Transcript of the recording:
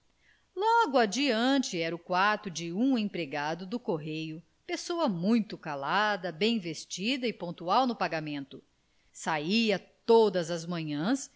logo adiante era o quarto de um empregado do correio pessoa muito calada bem vestida e pontual no pagamento saia todas as manhãs